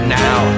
now